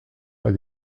pas